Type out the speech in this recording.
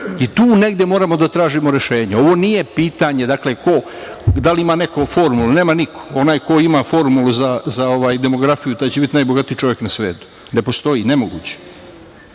Tu negde moramo da tražimo rešenje. Ovo nije pitanje, da li ima neko formulu? Nema niko. Onaj ko ima formulu za demografiju, taj će biti najbogatiji čovek na svetu. Ne postoji, nemoguće. To